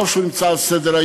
טוב שהוא נמצא על סדר-היום.